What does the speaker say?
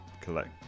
collect